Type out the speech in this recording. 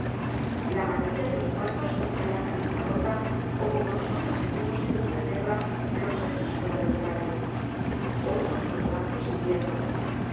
la mayoria de los muertos tenían la cabeza rota ó como nosotros decimos en inglaterra ulos sesos fuera del cráneo otros los brazos y piernas